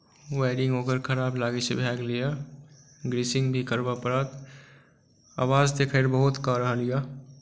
wiring ओकर खराब लागै छै भऽ गेलैए ग्रीसिङ्ग भी करबऽ पड़त आवाज तऽ खैर बहुत कऽ रहल अइ